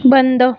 बंद